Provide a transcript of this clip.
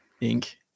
ink